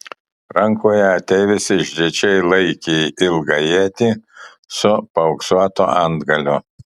rankoje ateivis išdidžiai laikė ilgą ietį su paauksuotu antgaliu